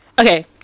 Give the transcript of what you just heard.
okay